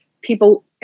people